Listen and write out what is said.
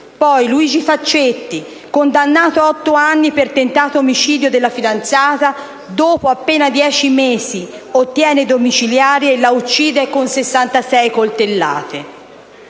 Luigi Faccetti che, condannato a 8 anni per tentato omicidio della fidanzata, dopo appena dieci mesi ottiene i domiciliari e la uccide con 66 coltellate.